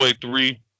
three